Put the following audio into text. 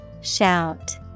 Shout